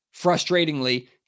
frustratingly